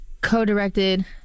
co-directed